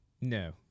no